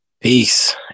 peace